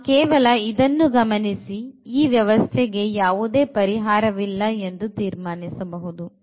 ನಾವು ಕೇವಲ ಇದನ್ನು ಗಮನಿಸಿ ಈ ವ್ಯವಸ್ಥೆಗೆ ಯಾವುದೇ ಪರಿಹಾರವಿಲ್ಲ ಎಂದು ತೀರ್ಮಾನಿಸಬಹುದು